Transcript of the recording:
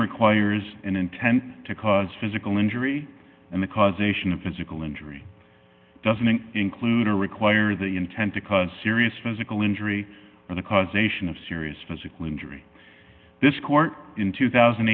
requires an intent to cause physical injury and the causation of physical injury doesn't include or require the intent to cause serious physical injury or the causation of serious physical injury this court in two thousand